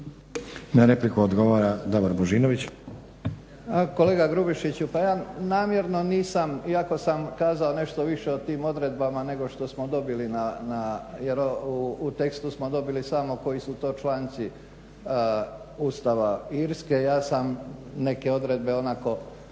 **Božinović, Davor (HDZ)** Kolega Grubišiću pa ja namjerno nisam, iako sam kazao nešto više o tim odredbama nego što smo dobili, jer u tekstu smo dobili samo koji su to članci Ustava Irske, ja sam neke odredbe onako